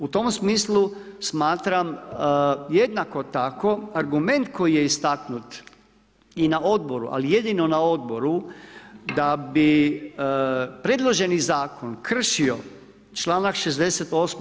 U tom smislu smatram jednako tako argument koji je istaknut na odboru, ali jedino na odboru da bi predloženi zakon kršio članak 68.